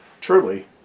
Truly